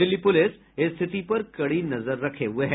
Delhi police स्थिति पर कड़ी नजर रखे हुए है